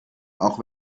auch